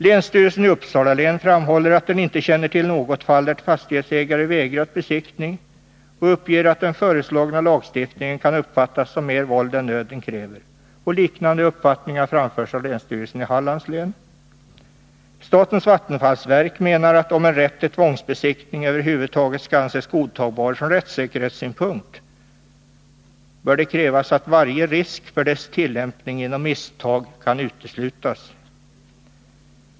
Länsstyrelsen i Uppsala län framhåller att den inte känner till något fall där fastighetsägare vägrat besiktning och uppger att den föreslagna lagstiftningen kan uppfattas som mer våld än nöden kräver. Liknande uppfattningar framförs av länsstyrelsen i Hallands län. Statens vattensfallsverk menar att om en rätt till tvångsbesiktning över huvud taget skall anses godtagbar ur rättssäkerhetssynpunkt, bör det krävas att varje risk för dess tillämpning genom misstag kan uteslutas.